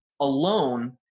alone